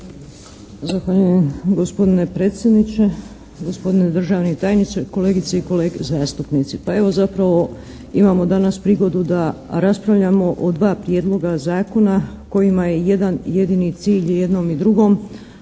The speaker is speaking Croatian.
Zahvaljujem gospodine predsjedniče, gospodine državni tajniče, kolegice i kolege zastupnici. Pa evo imamo danas prigodu da raspravljamo o dva prijedloga zakona kojima je jedan jedini cilj i jednom i drugom